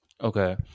Okay